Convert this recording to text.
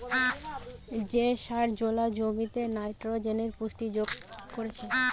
যে সার জোলা জমিতে নাইট্রোজেনের পুষ্টি যোগ করছে